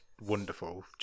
wonderful